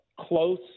close